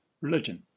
religion